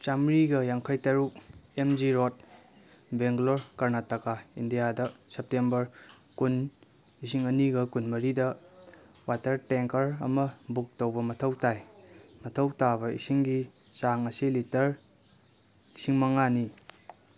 ꯆꯥꯝꯃꯔꯤꯒ ꯌꯥꯡꯈꯩ truck M G road Bangalore Karnataka ꯏꯟꯗꯤꯌꯥꯗ September ꯀꯨꯟ ꯂꯤꯁꯤꯡ ꯑꯅꯤꯒ ꯀꯨꯟ ꯃꯔꯤꯗ ꯋꯥꯇꯔ ꯇꯦꯡꯀꯔ ꯑꯃ ꯕꯨꯛ ꯇꯧꯕ ꯃꯊꯧ ꯇꯥꯏ ꯃꯊꯧ ꯇꯥꯕ ꯏꯁꯤꯡꯒꯤ ꯆꯥꯡ ꯑꯁꯤ ꯂꯤꯇꯔ ꯂꯤꯁꯤꯡ ꯃꯉꯥꯅꯤ